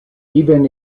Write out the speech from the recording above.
even